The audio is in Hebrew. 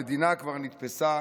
המדינה כבר נתפסה